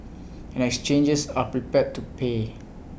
and exchanges are prepared to pay